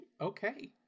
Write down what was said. Okay